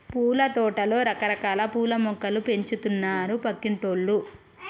పూలతోటలో రకరకాల పూల మొక్కలు పెంచుతున్నారు పక్కింటోల్లు